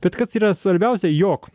bet kas yra svarbiausia jog